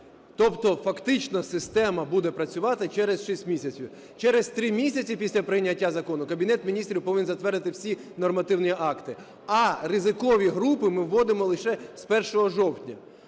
Тобто фактично система буде працювати через 6 місяців. Через 3 місяці після прийняття закону Кабінет Міністрів повинен затвердити всі нормативні акти, а ризикові групи ми вводимо лише з 1 жовтня.